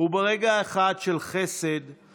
ובהן השדולה לשוויון